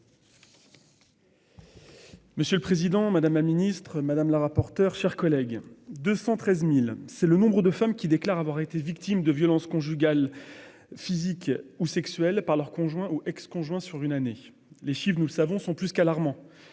Monsieur le président, madame la ministre, mes chers collègues, 213 000, c'est le nombre de femmes qui déclarent avoir été victimes de violences physiques ou sexuelles par leur conjoint ou ex-conjoint sur une année. Les chiffres, nous le savons, sont plus qu'alarmants.